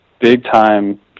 big-time